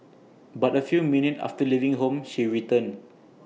but A few minutes after leaving home she returned